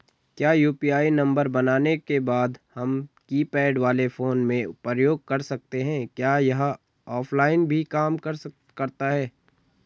क्या UPI number बनाने के बाद हम कीपैड वाले फोन में प्रयोग कर सकते हैं क्या यह ऑफ़लाइन भी काम करता है?